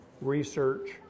research